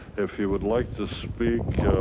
if you would like to speak,